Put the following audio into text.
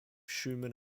schumann